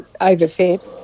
overfed